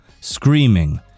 screaming